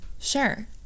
Sure